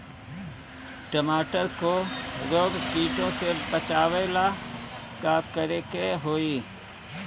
टमाटर को रोग कीटो से बचावेला का करेके होई?